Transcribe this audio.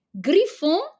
Griffon